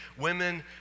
Women